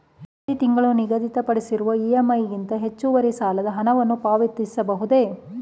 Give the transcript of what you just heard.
ಪ್ರತಿ ತಿಂಗಳು ನಿಗದಿಪಡಿಸಿರುವ ಇ.ಎಂ.ಐ ಗಿಂತ ಹೆಚ್ಚುವರಿ ಸಾಲದ ಹಣವನ್ನು ಪಾವತಿಸಬಹುದೇ?